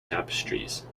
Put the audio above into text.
tapestries